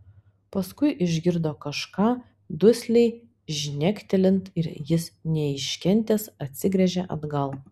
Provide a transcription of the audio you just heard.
paskui išgirdo kažką dusliai žnektelint ir jis neiškentęs atsigręžė atgal